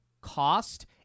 cost